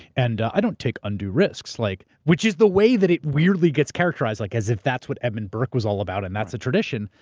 and i don't take undue risks, like which is the way that it weirdly gets characterized, like as if that's what edmund burke was all about and that's a tradition.